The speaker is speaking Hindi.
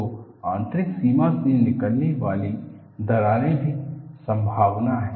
तो आंतरिक सीमा से निकलने वाली दरारो की संभावना है